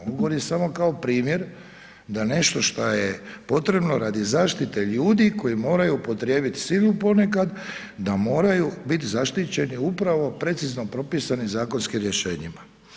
Ovo govorim samo kao primjer da nešto što je potrebno radi zaštite ljudi koji moraju upotrijebiti silu ponekad, da moraju biti zaštićeni upravo precizno propisanim zakonskim rješenjima.